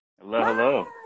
Hello